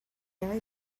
very